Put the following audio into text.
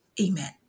Amen